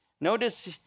Notice